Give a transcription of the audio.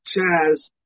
Chaz